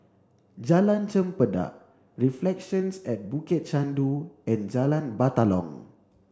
Jalan Chempedak Reflections at Bukit Chandu and Jalan Batalong